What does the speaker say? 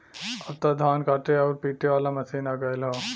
अब त धान काटे आउर पिटे वाला मशीन आ गयल हौ